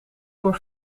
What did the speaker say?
voor